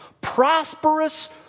prosperous